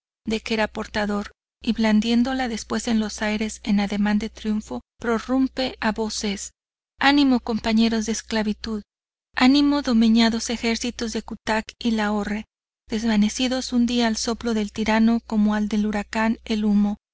de que era portador y blandiéndola después en los aires en ademán de triunfo prorrumpe a voces animo compañeros de esclavitud animo domeñados ejércitos de cutac y lahorre desvanecidos un día al soplo del tirano como al del huracán el humo